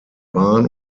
bahn